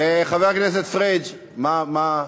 חבר הכנסת פריג', מה?